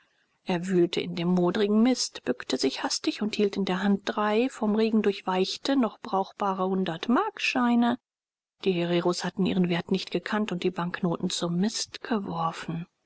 er wühlte in dem modrigen mist bückte sich hastig und hielt in der hand drei vom regen durchweichte noch brauchbare hundertmarkscheine die hereros hatten ihren wert nicht gekannt und die banknoten zum mist geworfen